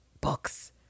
Books